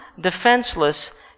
defenseless